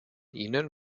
ihnen